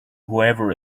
whoever